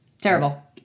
Terrible